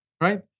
Right